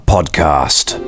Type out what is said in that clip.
Podcast